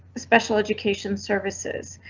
ah special education services.